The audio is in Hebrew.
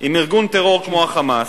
עם ארגון טרור כמו ה"חמאס",